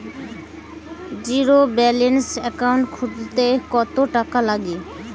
Zero balance account খুলতে কত টাকা লাগে?